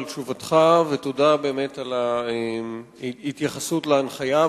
על תשובתך ותודה באמת על ההתייחסות להנחיה.